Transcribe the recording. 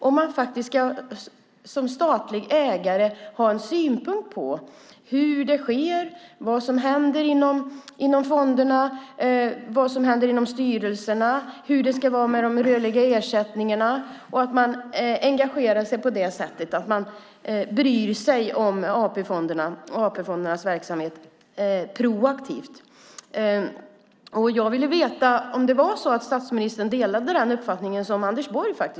Ska man som statlig ägare ha en synpunkt på vad som händer inom fonderna, i styrelserna och hur det ska vara med de rörliga ersättningarna, det vill säga engagera sig och bry sig om AP-fondernas verksamhet på ett proaktivt sätt? Jag ville veta om statsministern delar den uppfattning som Anders Borg har.